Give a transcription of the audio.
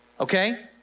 okay